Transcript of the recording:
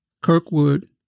Kirkwood